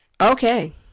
Okay